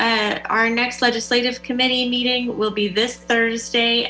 you our next legislative committee meeting will be this thursday